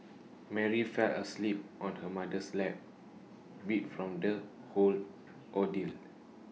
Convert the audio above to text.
Mary fell asleep on her mother's lap beat from the whole ordeal